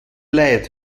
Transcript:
leid